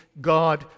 God